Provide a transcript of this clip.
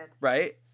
Right